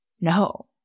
no